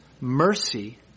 mercy